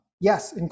yes